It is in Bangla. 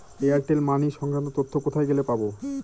এয়ারটেল মানি সংক্রান্ত তথ্য কোথায় গেলে পাব?